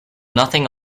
nothing